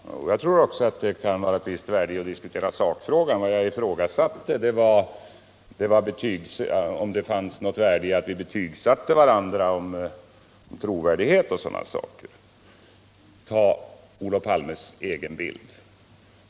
Herr talman! Jag tror också att det kan vara av ett visst värde att diskutera sakfrågan. Vad jag ifrågasatte var om det fanns någon mening i att Olof Palme och jag betygsätter varandras trovärdighet m.m. Ta Olof Palmes egen bild!